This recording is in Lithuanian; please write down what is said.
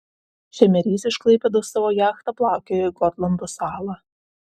šemerys iš klaipėdos savo jachta plaukioja į gotlando salą